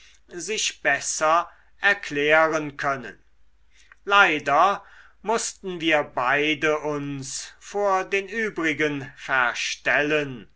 sich besser erklären können leider mußten wir beide uns vor den übrigen verstellen